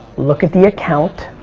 look at the account,